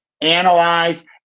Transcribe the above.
analyze